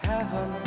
Heaven